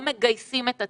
לא מגייסים אותו.